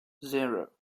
zero